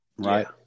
Right